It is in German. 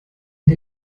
der